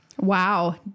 Wow